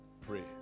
pray